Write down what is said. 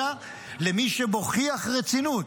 אלא למי שמוכיח רצינות.